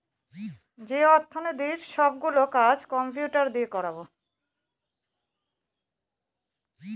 যে অর্থনীতির সব গুলো কাজ কম্পিউটার দিয়ে করাবো